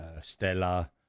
Stella